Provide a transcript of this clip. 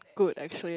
good actually